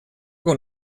con